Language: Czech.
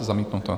Zamítnuto.